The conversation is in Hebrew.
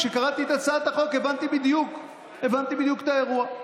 כשקראתי את הצעת החוק הבנתי בדיוק את האירוע.